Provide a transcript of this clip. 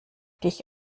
dich